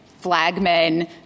flagmen